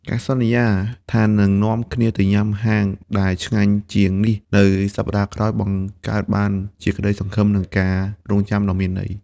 ការសន្យាថានឹងនាំគ្នាទៅញ៉ាំហាងដែលឆ្ងាញ់ជាងនេះនៅសប្ដាហ៍ក្រោយ បង្កើតបានជាក្តីសង្ឃឹម និងការរង់ចាំដ៏មានន័យ។